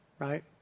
right